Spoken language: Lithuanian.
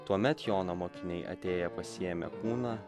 tuomet jono mokiniai atėję pasiėmė kūną